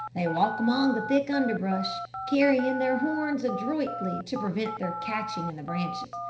they walk among the thick underbrush, carrying their horns adroitly to prevent their catching in the branches,